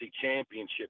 championship